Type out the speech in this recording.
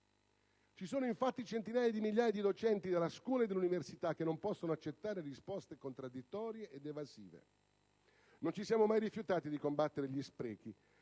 Ci sono, infatti, centinaia di migliaia di docenti della scuola e dell'università che non possono accettare risposte contraddittorie ed evasive. Non ci siamo mai rifiutati di combattere gli sprechi,